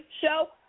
show